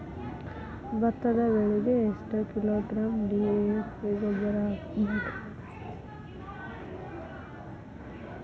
ಭತ್ತದ ಬೆಳಿಗೆ ಎಷ್ಟ ಕಿಲೋಗ್ರಾಂ ಡಿ.ಎ.ಪಿ ಗೊಬ್ಬರ ಹಾಕ್ಬೇಕ?